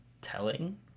telling